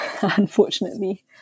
unfortunately